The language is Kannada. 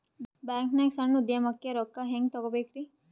ಬ್ಯಾಂಕ್ನಾಗ ಸಣ್ಣ ಉದ್ಯಮಕ್ಕೆ ರೊಕ್ಕ ಹೆಂಗೆ ತಗೋಬೇಕ್ರಿ?